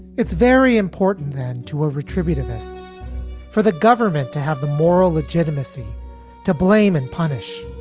it's very important, then, to a retributive test for the government to have the moral legitimacy to blame and punish.